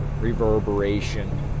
reverberation